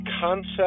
concept